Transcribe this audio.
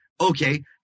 okay